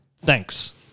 Thanks